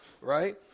right